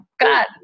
God